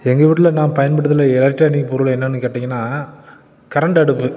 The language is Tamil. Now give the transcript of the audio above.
எங்கள் வீட்டில் நான் பயன்படுத்துகிற எலக்ட்ரானிக் பொருள் என்னென்று கேட்டிங்கன்னால் கரண்ட் அடுப்பு